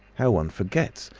how one forgets!